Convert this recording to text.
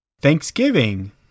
Thanksgiving